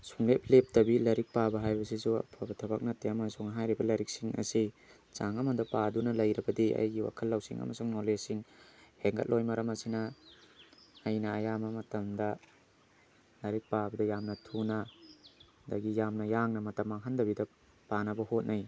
ꯁꯨꯡꯂꯦꯞ ꯂꯦꯞꯇꯕꯤ ꯂꯥꯏꯔꯤꯛ ꯄꯥꯕ ꯍꯥꯏꯕꯁꯤꯁꯨ ꯑꯐꯕ ꯊꯕꯛ ꯅꯠꯇꯦ ꯑꯃꯁꯨꯡ ꯍꯥꯏꯔꯤꯕ ꯂꯥꯏꯔꯤꯛꯁꯤꯡ ꯑꯁꯤ ꯆꯥꯡ ꯑꯃꯗ ꯄꯥꯗꯨꯅ ꯂꯩꯔꯕꯗꯤ ꯑꯩꯒꯤ ꯋꯥꯈꯜ ꯂꯧꯁꯤꯡ ꯑꯃꯁꯨꯡ ꯅꯣꯂꯦꯖꯁꯤꯡ ꯍꯦꯟꯒꯠꯂꯣꯏ ꯃꯔꯝ ꯑꯁꯤꯅ ꯑꯩꯅ ꯑꯌꯥꯝꯕ ꯃꯇꯝꯗ ꯂꯥꯏꯔꯤꯛ ꯄꯥꯕꯗ ꯌꯥꯝꯅ ꯊꯨꯅ ꯑꯗꯒꯤ ꯌꯥꯝꯅ ꯌꯥꯡꯅ ꯃꯇꯝ ꯃꯥꯡꯍꯟꯗꯕꯤꯗ ꯄꯥꯅꯕ ꯍꯣꯠꯅꯩ